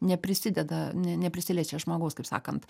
neprisideda ne neprisiliečia žmogaus kaip sakant